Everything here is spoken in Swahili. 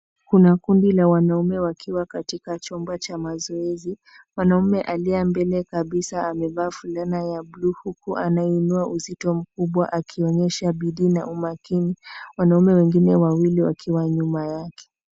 Kuna kundi la wanaume wakiwa katika chumba cha mazoezi. Mwanaume aliye mbele kabisa amevaa fulana ya buluu, huku anainua uzito mkubwa akionyesha bidii na umakini. Wanaume wengine wawili wakiwa nyuma yake.